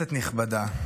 כנסת נכבדה,